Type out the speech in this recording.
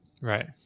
Right